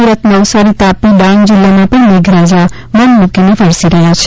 સુરત નવસારી તાપી ડાંગ જિલ્લામાં પણ મેઘરાજા મનમૂકીને વરસી રહ્યા છે